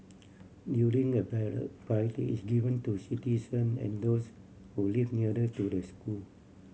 during a ballot priority is given to citizen and those who live nearer to the school